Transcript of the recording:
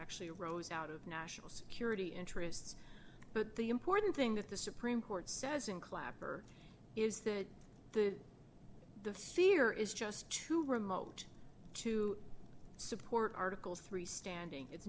actually rose out of national security interests but the important thing that the supreme court says in clapper is that the the fear is just too remote to support article three standing it's